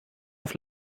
auf